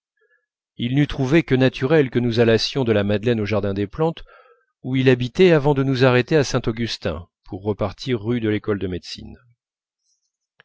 il n'eût trouvé que naturel que nous allassions de la madeleine au jardin des plantes où il habitait avant de nous arrêter à saint-augustin pour repartir rue de lécole de médecine